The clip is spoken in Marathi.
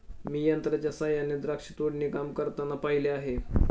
मी यंत्रांच्या सहाय्याने द्राक्ष तोडणी काम करताना पाहिले आहे